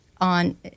on